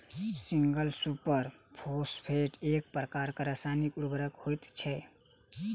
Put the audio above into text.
single super phosphate एक प्रकारक रासायनिक उर्वरक होइत छै